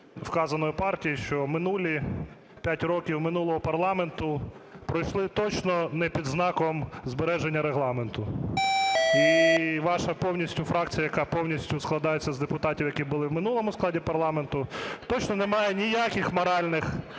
вищевказаної партії, що минулі п'ять років минулого парламенту пройшли точно не під знаком збереження Регламенту. І ваша повністю фракція, яка повністю складається з депутатів, які були в минулому складі парламенту, точно не має ніяких моральних,